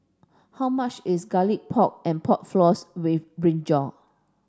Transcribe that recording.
how much is garlic pork and pork floss with brinjal